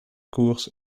koers